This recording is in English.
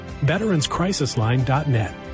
VeteransCrisisLine.net